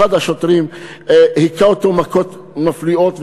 אחד השוטרים הכה אותו מכות מפליאות,